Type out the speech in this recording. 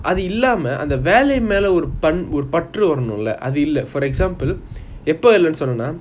அது இல்லாம அந்த வெல்ல மேல ஒரு பற்று வரனும்ல அது இல்ல:athu illama antha vella mela oru pattru varanumla athu illa for example எப்போ இல்லனு சொன்னானா:epo illanu sonnana